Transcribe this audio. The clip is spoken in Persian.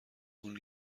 اون